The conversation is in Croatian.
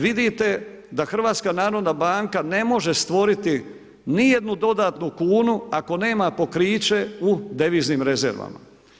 Vidite da HNB ne može stvoriti nijednu dodatnu kunu ako nema pokriće u deviznim rezervama.